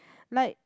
like